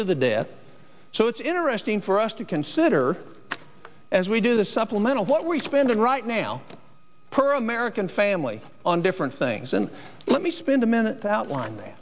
to the debt so it's interesting for us to consider as we do the supplemental what we spend right now per american family on different things and let me spend a minute out